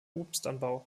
obstanbau